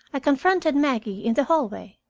i confronted maggie in the hallway.